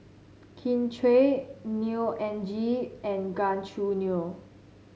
Kin Chui Neo Anngee and Gan Choo Neo